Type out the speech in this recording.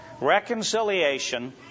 Reconciliation